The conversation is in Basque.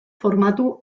formatu